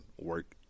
work